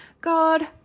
God